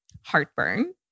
Heartburn